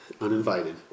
Uninvited